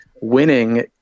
winning